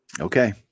Okay